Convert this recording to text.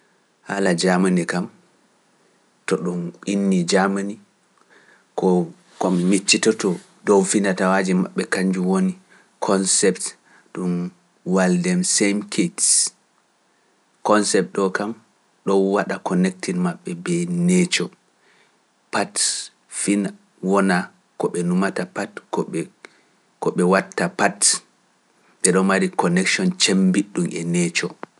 Haala jaamani kam, to ɗum inni jaamani, ko kumiccitoto dow finatawaji maɓɓe kanjum woni concept ɗum waaldem same case. Concept ɗo kam ɗo waɗa ko nekti maɓɓe ɓee neco, pat fina wona ko ɓe nuumata pat, ko ɓe watta pat, te ɗo mari connexion cemmbiɗɗum e neco.